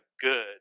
good